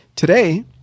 Today